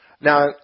Now